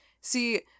See